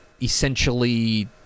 essentially